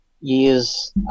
years